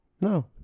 No